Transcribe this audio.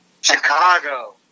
Chicago